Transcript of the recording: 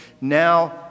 Now